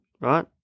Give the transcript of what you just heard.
right